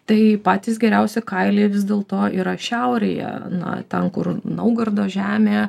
tai patys geriausi kailiai vis dėlto yra šiaurėje na ten kur naugardo žemė